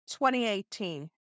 2018